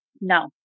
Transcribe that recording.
no